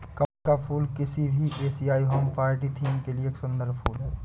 कमल का फूल किसी भी एशियाई होम पार्टी थीम के लिए एक सुंदर फुल है